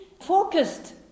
focused